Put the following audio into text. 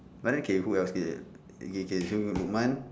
but then okay who else K okay K so lukman